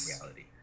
reality